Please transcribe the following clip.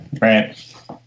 Right